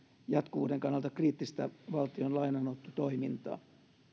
jatkuvuuden kannalta kriittistä valtion lainanottotoimintaa